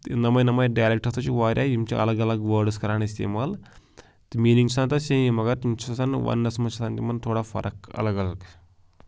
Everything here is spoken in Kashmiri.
تہٕ یِمَے یِمَے ڈایلٮ۪کٹ ہَسا چھِ واریاہ یِم چھِ الگ الگ وٲڈٕس کَران استعمال تہٕ میٖنِنٛگ چھِ آسان تَتھ سیم مگر تِم چھِ آسان وَننَس منٛز چھِ آسان تِمَن تھوڑا فرق الگ الگ